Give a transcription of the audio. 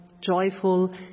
joyful